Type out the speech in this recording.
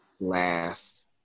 last